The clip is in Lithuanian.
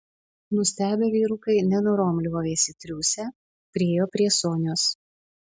nustebę vyrukai nenorom liovėsi triūsę priėjo prie sonios